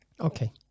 Okay